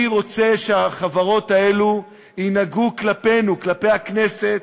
אני רוצה שהחברות האלה ינהגו כלפינו, כלפי הכנסת,